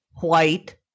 white